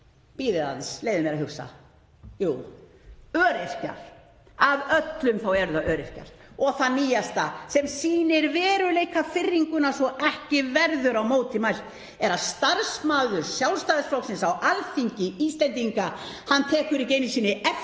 Bíðið aðeins, leyfið mér að hugsa: Jú, öryrkjar. Af öllum eru það öryrkjar. Og það nýjasta sem sýnir veruleikafirringuna, svo að ekki verður á móti mælt, er að starfsmaður Sjálfstæðisflokksins á Alþingi Íslendinga tekur ekki einu sinni eftir